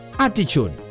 attitude